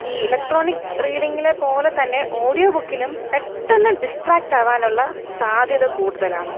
ഈ ഇലക്ട്രോണിക് റീഡിങ്ങിലെ പോലെതന്നെ ഓഡിയോ ബുക്കിലും പെട്ടെന്ന് ഡിസ്റ്ററാക്ട് ആവാനുള്ള സാധ്യത കൂടുതലാണ്